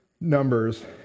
numbers